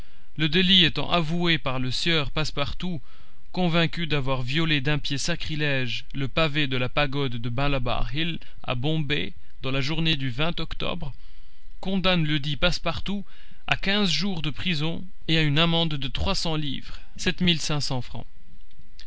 le délit étant avoué par le sieur passepartout convaincu d'avoir violé d'un pied sacrilège le pavé de la pagode de malebar hill à bombay dans la journée du octobre condamne ledit passepartout à quinze jours de prison et à une amende de trois cents livres